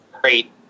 great